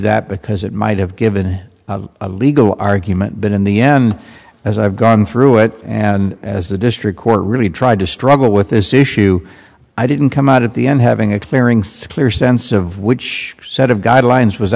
that because it might have given a legal argument but in the end as i've gone through it and as the district court really tried to struggle with this issue i didn't come out of the end having a clearing sickler sense of which set of guidelines was